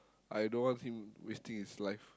I don't want him wasting his life